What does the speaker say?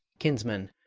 kinsmen,